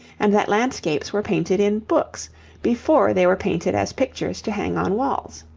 and that landscapes were painted in books before they were painted as pictures to hang on walls.